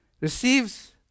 receives